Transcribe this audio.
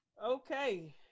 Okay